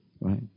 right